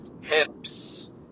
hips